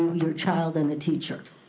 your child and the teacher,